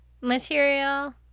material